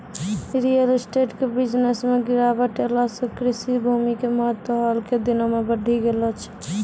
real estate के business मॅ गिरावट ऐला सॅ कृषि भूमि के महत्व हाल के दिनों मॅ बढ़ी गेलो छै